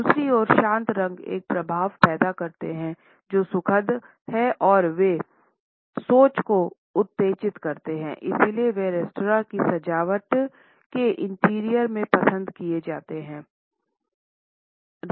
दूसरी ओर शांत रंग एक प्रभाव पैदा करते हैं जो सुखदायक हैं और वे सोच को उत्तेजित करते हैं इसलिए वे रेस्तरां की सजावट के इंटीरियर में पसंद किए जाते हैं